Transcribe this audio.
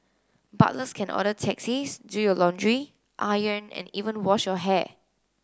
butlers can order taxis do your laundry iron and even wash your hair